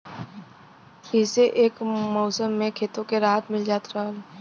इह्से एक मउसम मे खेतो के राहत मिल जात रहल